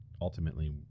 ultimately